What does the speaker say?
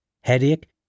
headache